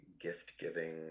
gift-giving